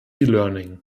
learning